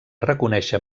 reconèixer